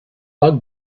bug